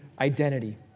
identity